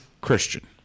Christian